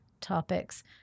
topics